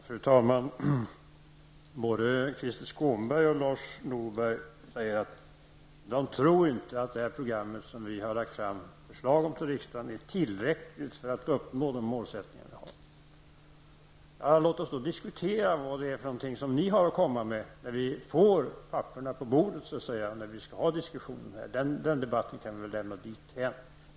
Fru talman! Både Krister Skånberg och Lars Norberg säger att de inte tror att det program som regeringen föreslår för riksdagen är tillräckligt för att uppnå de målsättningar vi har. Låt oss diskutera vad det är som ni har att komma med när vi så att säga får papperen på bordet och kan föra diskussionen. Den debatten kan vi lämna dithän.